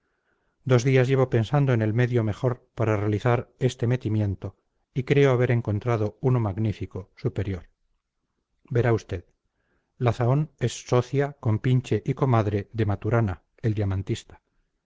dos días llevo pensando en el medio mejor para realizar este metimiento y creo haber encontrado uno magnífico superior verá usted la zahón es socia compinche o comadre de maturana el